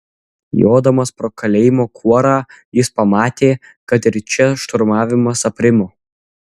jodamas pro kalėjimo kuorą jis pamatė kad ir čia šturmavimas aprimo